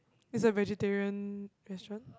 it's a vegetarian restaurant